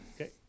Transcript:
Okay